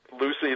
Lucy